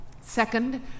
second